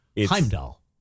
Heimdall